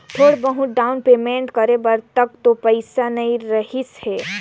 थोर बहुत down payment करे बर तक तो पइसा नइ रहीस हे